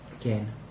again